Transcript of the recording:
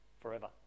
forever